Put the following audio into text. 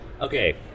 Okay